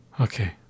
Okay